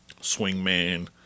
swingman